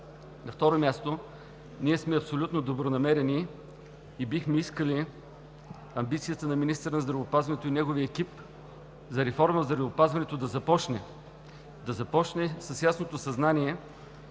На второ място, ние сме абсолютно добронамерени и бихме искали амбицията на министъра на здравеопазването и неговият екип за реформа в здравеопазването да започне с ясното съзнание,